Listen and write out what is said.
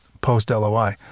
post-LOI